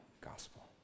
gospel